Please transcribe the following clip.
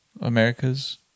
Americas